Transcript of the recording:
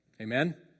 Amen